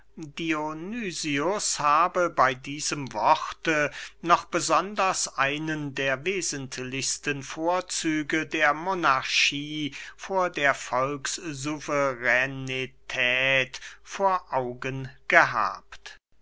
habe bey diesem worte noch besonders einen der wesentlichsten vorzüge der monarchie vor der volkssuveränität vor augen gehabt